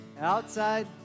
outside